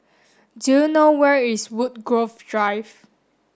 do you know where is Woodgrove Drive